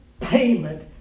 payment